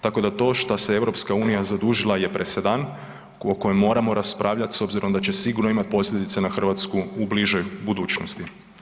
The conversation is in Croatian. Tako da to što se EU zadužila je presedan o kojem moramo raspravljati s obzirom da će sigurno imati posljedice na Hrvatsku u bližoj budućnosti.